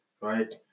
right